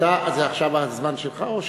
עכשיו זה הזמן שלך או שלי?